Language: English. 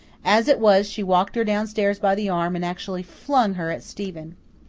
as it was, she walked her downstairs by the arm and actually flung her at stephen.